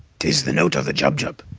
tis the note of the jubjub!